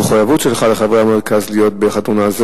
המחויבות שלך לחברי המרכז להיות בחתונה,